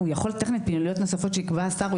"פעילויות נוספות שיקבע השר",